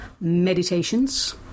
Meditations